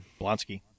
Blonsky